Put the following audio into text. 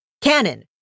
canon